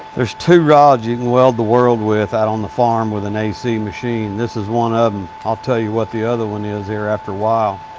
there's two rods you can weld the world with out on the farm with an ac machine. this is one of em. i'll tell you what the other one is here after awhile.